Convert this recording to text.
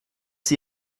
sie